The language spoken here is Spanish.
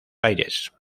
aires